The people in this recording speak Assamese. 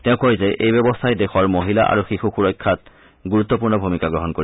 তেওঁ কয় যে এই ব্যৱস্থাই দেশৰ মহিলা আৰু শিশু সুৰক্ষাক গুৰুত্পূৰ্ণ ভূমিকা গ্ৰহণ কৰিব